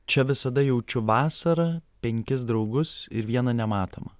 čia visada jaučiu vasarą penkis draugus ir vieną nematomą